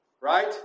right